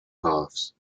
halves